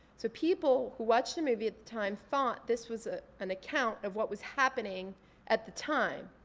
so people who watched the movie at the time thought this was an account of what was happening at the time.